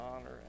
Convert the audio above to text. honor